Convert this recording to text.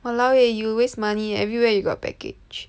!walao! eh you waste money everywhere you got package